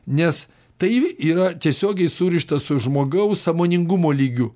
nes tai yra tiesiogiai surišta su žmogaus sąmoningumo lygiu